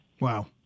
Wow